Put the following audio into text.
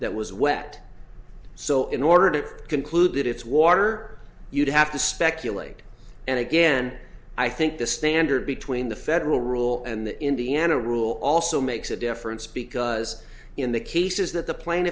that was wet so in order to conclude that it's water you'd have to speculate and again i think the standard between the federal rule and the indiana rule also makes a difference because in the cases that the pla